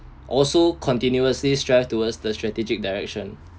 also continuously strive towards the strategic direction